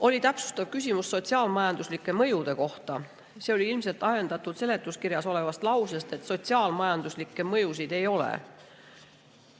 Oli täpsustav küsimus sotsiaal-majanduslike mõjude kohta. See oli ilmselt ajendatud seletuskirjas olevast lausest, et sotsiaal-majanduslikku mõju ei ole.